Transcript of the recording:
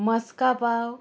मस्का पाव